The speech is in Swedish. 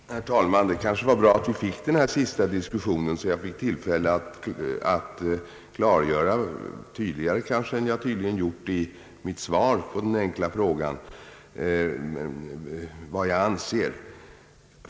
Herr talman! Det var kanske bra att vi fick den här sista diskussionen, så att jag fick tillfälle att tydligare än vad jag gjorde i mitt svar på den enkla frågan klargöra vad jag anser.